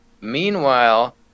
Meanwhile